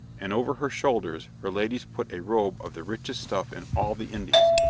and over her shoulders her ladies put a robe of the richest stuff in all the indies,